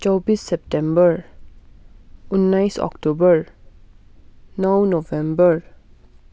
चौबिस सेप्टेम्बर उन्नाइस अक्टोबर नौ नोभेम्बर